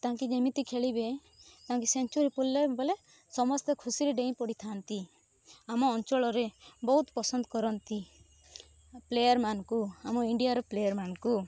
ତାଙ୍କେ ଯେମିତି ଖେଳିବେ ତାଙ୍କେ ସେଞ୍ଚୁରୀ ପୁରିଲେ ବେଲେ ସମସ୍ତେ ଖୁସିରେ ଡେଇଁ ପଡ଼ିଥାଆନ୍ତି ଆମ ଅଞ୍ଚଳରେ ବହୁତ ପସନ୍ଦ କରନ୍ତି ପ୍ଲେୟାର୍ମାନକୁ ଆମ ଇଣ୍ଡିଆର ପ୍ଲେୟାର୍ମାନକୁ